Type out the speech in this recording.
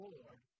Lord